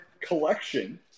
collection